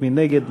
מי נגד?